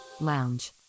lounge